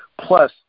plus